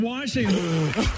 Washington